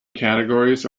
categories